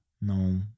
No